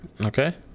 Okay